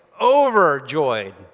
overjoyed